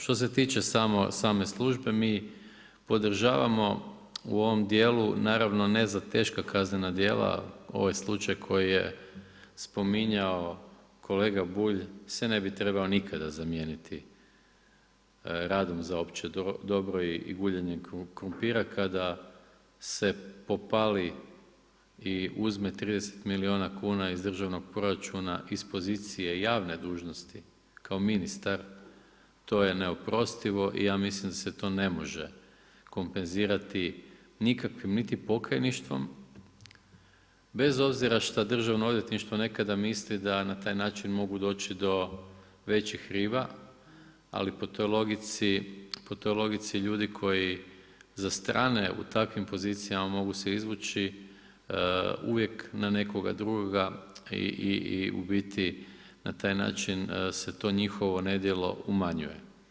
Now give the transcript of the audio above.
Što se tiče same službe, mi podržavamo u ovom dijelu naravno ne za teška kaznena djela, ovo je slučaj koji je spominjao kolega Bulj se ne bi trebao nikada zamijeniti radom za opće dobro i guljenje krumpira kada se popali i uzme 30 milijuna kuna iz državnog proračuna iz pozicije javne dužnosti kao ministar, to je neoprostivo i ja mislim da se to ne može kompenzirati nikakvim niti pojavništvom, bez obzira šta državno odvjetništvo nekada mislim da na taj način mogu doći do većih riba, ali po toj logici ljudi koji zastrane u takvim pozicijama mogu se izvući uvijek na nekoga drugoga i u biti na taj način se to njihovo nedjelo umanjuje.